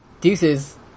Deuces